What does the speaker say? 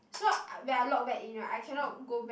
so I when I log back in right I cannot go back